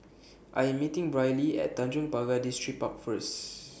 I Am meeting Brylee At Tanjong Pagar Distripark First